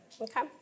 Okay